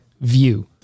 view